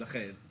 אכן.